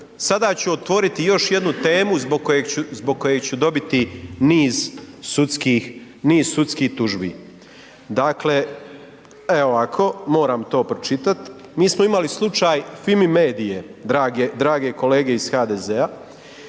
sada ću otvoriti još jednu temu zbog koje ću dobiti niz sudskih, niz sudskih tužbi. Dakle, evo ovako, moram to pročitati, mi smo imali slučaj FIMI-MEDIA-e, drage kolege iz HDZ-a.